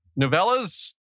novellas